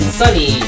sunny